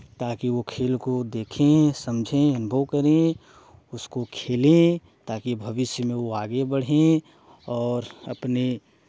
ताकि वो खेल को देखे समझें अनुभव करें उसको खेलें ताकि भविष्य में वो आगे बढ़ें और अपने